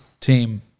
team